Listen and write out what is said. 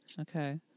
Okay